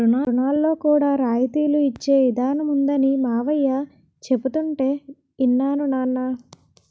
రుణాల్లో కూడా రాయితీలు ఇచ్చే ఇదానం ఉందనీ మావయ్య చెబుతుంటే యిన్నాను నాన్నా